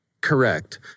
Correct